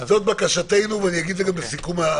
אז זאת בקשתנו, ואגיד את זה גם בסיכום הדיון.